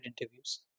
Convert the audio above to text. interviews